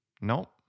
Nope